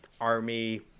army